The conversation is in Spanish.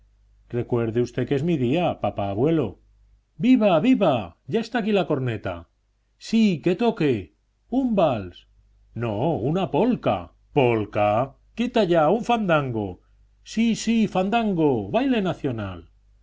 recuerde usted que es mi día papá abuelo viva viva ya está aquí la corneta sí que toque un vals no una polca polca quita allá un fandango sí sí fandango baile nacional